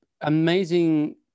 amazing